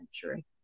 century